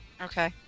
Okay